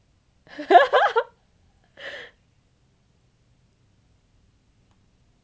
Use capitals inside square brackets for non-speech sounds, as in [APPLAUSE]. [LAUGHS]